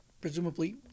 presumably